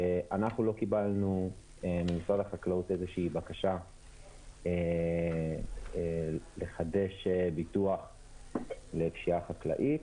אנחנו לא קיבלנו ממשרד החקלאות איזושהי בקשה לחדש ביטוח לפשיעה חקלאית.